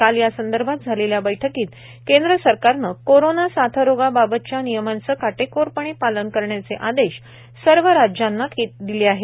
काल यासंदर्भात झालेल्या बैठकीत केंद्र सरकारनं कोरोना साथरोगाबाबतच्या नियमांचं काटेकोरपणे पालन करण्याचे आदेश सर्व राज्यांना दिले आहेत